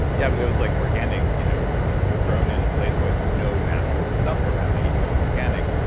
yeah, but it was like organic you know grown in a place with no natural stuff around it. even though it's organic,